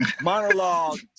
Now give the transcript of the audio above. monologue